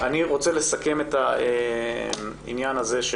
אני רוצה לסכם את הסעיף הזה,